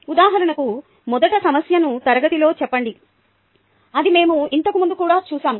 ఉదాహరణకు మొదట సమస్యను తరగతిలో చెప్పండి ఇది మేము ఇంతకు ముందు కూడా చేసాము